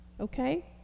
okay